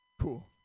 Cool